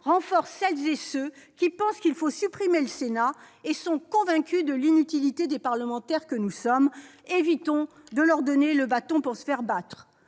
renforce celles et ceux qui pensent qu'il faut supprimer le Sénat, et qui sont convaincus de l'inutilité des parlementaires que nous sommes. Évitons de tendre le bâton pour nous faire battre